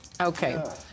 Okay